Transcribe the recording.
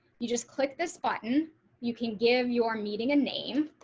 you just click this button you can give your meeting a name.